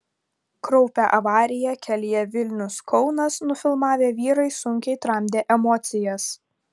kraupią avariją kelyje vilnius kaunas nufilmavę vyrai sunkiai tramdė emocijas